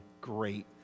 great